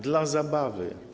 Dla zabawy.